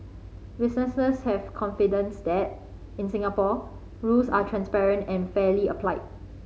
businesses have confidence that in Singapore rules are transparent and fairly applied